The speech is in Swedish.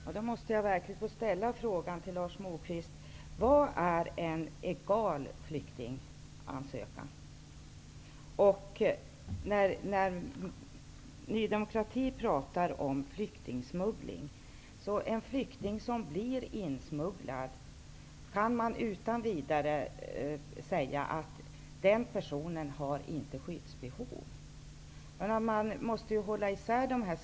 Herr talman! Jag måste verkligen få ställa en fråga till Lars Moquist: Vad är en legal ansökan från en flykting? Ny demokrati pratar om flyktingsmuggling och menar att man utan vidare kan säga att en flykting som blir insmugglad inte har något skyddsbehov.